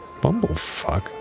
bumblefuck